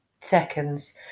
seconds